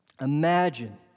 Imagine